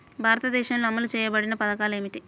భారతదేశంలో అమలు చేయబడిన పథకాలు ఏమిటి?